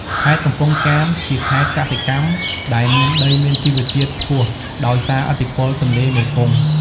ខេត្តកំពង់ចាម ជាខេត្តកសិកម្មដែលមានដីមានជីជាតិខ្ពស់ដោយសារឥទ្ធិពលទន្លេមេគង្គ។